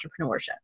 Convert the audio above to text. entrepreneurship